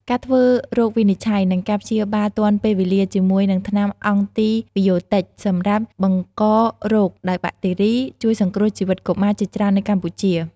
ការធ្វើរោគវិនិច្ឆ័យ និងការព្យាបាលទាន់ពេលវេលាជាមួយនឹងថ្នាំអង់ទីប៊ីយោទិច សម្រាប់បង្ករោគដោយបាក់តេរី ជួយសង្គ្រោះជីវិតកុមារជាច្រើននៅកម្ពុជា។